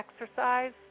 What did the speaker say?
exercise